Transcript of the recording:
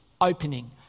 opening